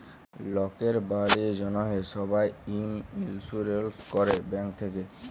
লকের বাড়ির জ্যনহে সবাই হম ইলসুরেলস ক্যরে ব্যাংক থ্যাকে